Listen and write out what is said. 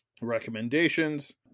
recommendations